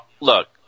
look